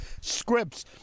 scripts